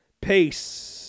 Peace